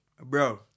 bro